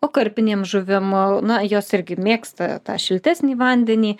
o karpinėm žuvim na jos irgi mėgsta tą šiltesnį vandenį